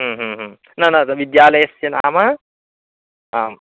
ह्म् ह्म् ह्म् न न तत् विद्यालयस्य नाम आं